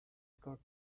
card